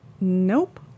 nope